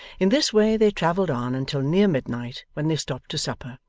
in this way they travelled on until near midnight, when they stopped to supper,